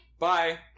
Bye